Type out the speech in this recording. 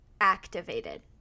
activated